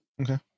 Okay